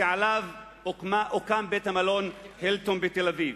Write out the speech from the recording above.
שעליו הוקם מלון "הילטון" בתל-אביב.